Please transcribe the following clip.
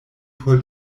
por